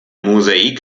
mosaik